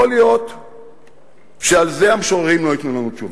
יכול להיות שעל זה המשוררים לא ייתנו לנו תשובה.